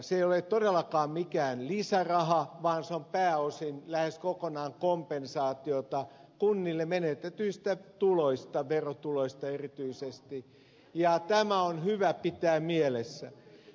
se ei ole todellakaan mikään lisäraha vaan se on pääosin lähes kokonaan kompensaatiota kunnille menetetyistä tuloista verotuloista erityisesti ja tämä on hyvä pitää mielessä